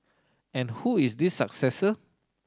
and who is this successor